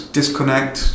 disconnect